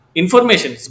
information